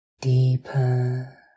deeper